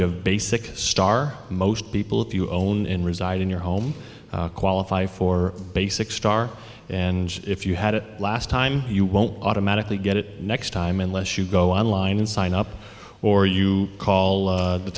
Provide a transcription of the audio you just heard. you have basic star most people if you own in reside in your home qualify for basic star and if you had it last time you won't automatically get it next time unless you go online and sign up or you call the t